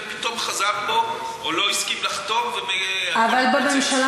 ופתאום חזר בו או לא הסכים לחתום, אבל בממשלה